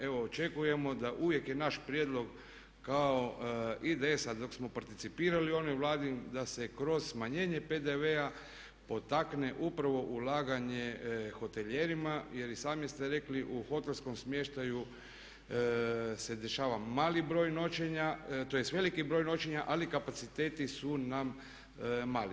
Evo očekujemo da uvijek je naš prijedlog kao IDS-a dok smo participirali u onoj Vladi da se kroz smanjenje PDV-a potakne upravo ulaganje hotelijerima jer i sami ste rekli u hotelskom smještaju se dešava mali broj noćenja tj. veliki broj noćenja ali kapaciteti su nam mali.